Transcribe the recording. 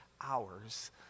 hours